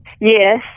Yes